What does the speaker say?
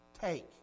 take